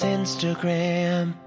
Instagram